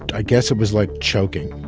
i guess it was like choking,